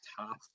top